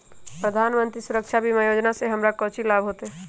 प्रधानमंत्री सुरक्षा बीमा योजना से हमरा कौचि लाभ होतय?